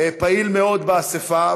פעיל מאוד באספה,